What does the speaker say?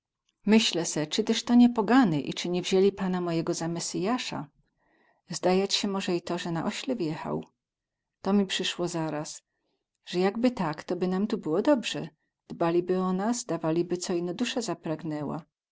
myślę se cy tyz to nie pogany i cy nie wzięli pana mojego za mesyjasa zdajać sie moze i to ze na ośle wjechał tu mi przysło zaraz ze jakby tak to by nam tu było dobrze dbaliby o nas dawaliby co by ino dusa zapragnęła